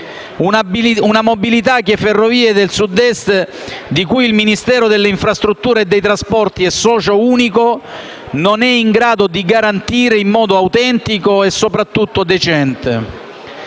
alla mobilità. Ferrovie del Sud Est, di cui il Ministero delle infrastrutture e dei trasporti è socio unico, non è in grado di garantire la mobilità in modo autentico e, soprattutto, decente.